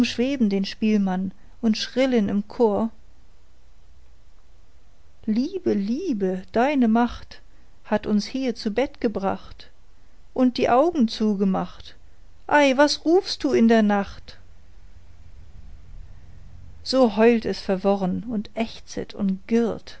umschweben den spielmann und schrillen im chor liebe liebe deine macht hat uns hier zu bett gebracht und die augen zugemacht ei was rufst du in der nacht so heult es verworren und ächzet und girrt